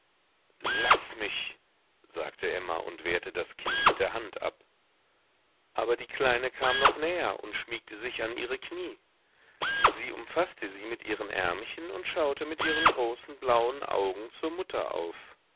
laß mich sagte emma und wehrte das kind mit der hand ab aber die kleine kam noch näher und schmiegte sich an ihre knie sie umfaßte sie mit ihren ärmchen und schaute mit ihren großen blauen augen zur mutter auf